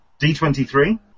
D23